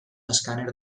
escàner